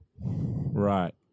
right